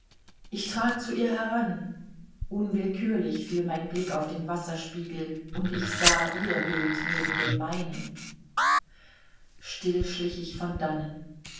ich trat zu ihr heran unwillkürlich fiel mein blick auf den wasserspiegel und ich sah ihr bild neben dem meinen still schlich ich von dannen